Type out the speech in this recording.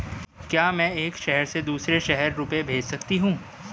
क्या मैं एक शहर से दूसरे शहर रुपये भेज सकती हूँ?